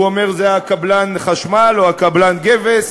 הוא אומר: זה קבלן החשמל, או קבלן הגבס,